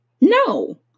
No